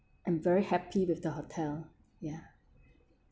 I'm very happy with the hotel ya